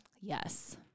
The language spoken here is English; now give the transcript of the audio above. Yes